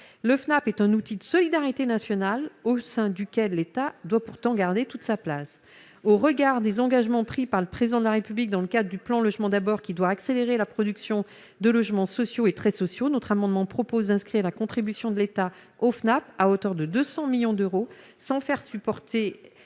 Le FNAP est un outil de solidarité nationale au sein duquel l'État doit pourtant garder toute sa place au regard des engagements pris par le président de la République dans le cadre du plan logement d'abord qui doit accélérer la production de logements sociaux et très sociaux notre amendement propose d'inscrire la contribution de l'État au FNAP à hauteur de 200 millions d'euros sans faire supporter